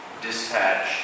dispatch